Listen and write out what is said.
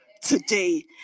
today